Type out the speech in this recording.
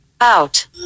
Out